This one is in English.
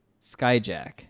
Skyjack